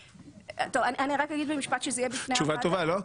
אני רק אגיד במשפט, שזה יהיה בפני הוועדה.